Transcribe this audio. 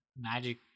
magic